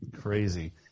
Crazy